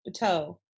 bateau